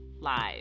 live